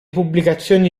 pubblicazioni